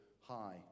high